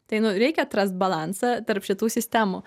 tai nu reikia atrast balansą tarp šitų sistemų